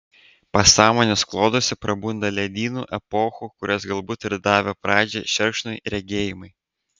pasąmonės kloduose prabunda ledynų epochų kurios galbūt ir davė pradžią šerkšnui regėjimai